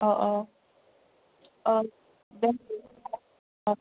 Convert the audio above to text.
अ औ अ दे